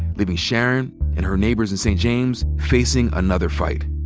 leaving sharon and her neighbors in st. james facing another fight.